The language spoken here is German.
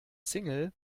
single